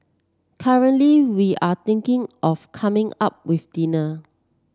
currently we are thinking of coming up with dinner